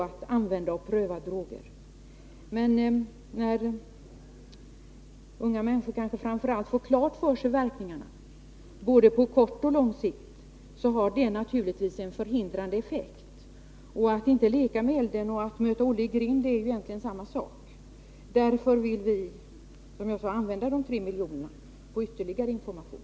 Det rör sig ju framför allt om unga människor, och när de får klart för sig vilka verkningarna är — på både kort och lång sikt — får det naturligtvis en förhindrande effekt. Att inte leka med elden är ju egentligen detsamma som att mota Olle i grind. Mot den bakgrunden vill vi, som sagt, använda de nämnda 3 miljonerna till spridning av ytterligare information.